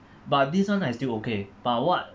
but this one I still okay but what